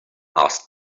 asked